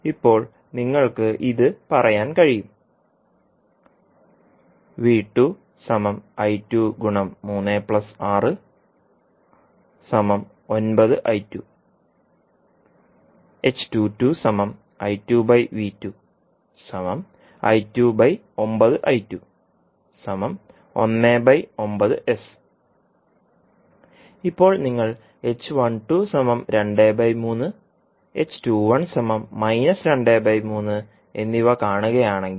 ഇപ്പോൾ നിങ്ങൾക്ക് ഇത് പറയാൻ കഴിയും ഇപ്പോൾ നിങ്ങൾ എന്നിവ കാണുകയാണെങ്കിൽ